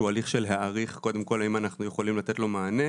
הליך של להעריך אם אנחנו יכולים לתת לו מענה,